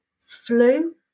flu